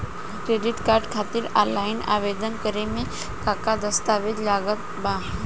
Credit card खातिर offline आवेदन करे म का का दस्तवेज लागत बा?